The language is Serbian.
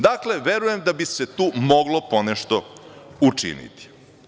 Dakle, verujem da bi se tu moglo ponešto učiniti.